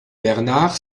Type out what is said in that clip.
bernard